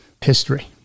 history